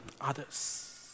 others